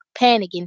panicking